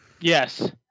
Yes